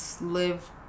live